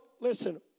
listen